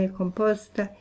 composta